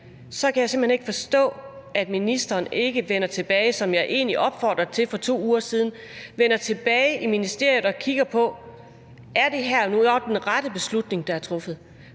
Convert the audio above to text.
så kan jeg simpelt hen ikke forstå, at ministeren ikke vender tilbage til ministeriet, som jeg egentlig opfordrede til for 2 uger siden, og kigger på, om det her nu også er den rette beslutning, der er truffet.